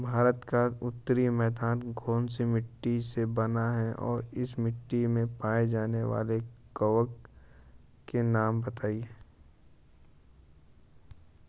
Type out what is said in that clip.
भारत का उत्तरी मैदान कौनसी मिट्टी से बना है और इस मिट्टी में पाए जाने वाले लवण के नाम बताइए?